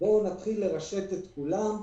יש ניסיון לרשת את כולם,